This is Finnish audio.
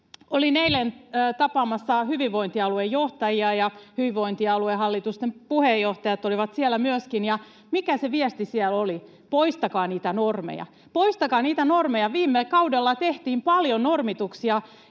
Olin eilen tapaamassa hyvinvointialueiden johtajia, ja hyvinvointialueiden hallitusten puheenjohtajat olivat siellä myöskin, ja mikä se viesti siellä oli? Poistakaa niitä normeja. Poistakaa niitä normeja. Viime kaudella tehtiin paljon normituksia,